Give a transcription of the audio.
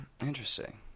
Interesting